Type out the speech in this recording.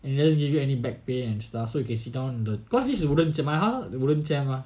and you just give you any back pay and stuff so you can sit down on the cause this wooden chair my house wooden chair mah